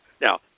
Now